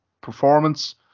performance